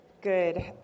Good